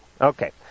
Okay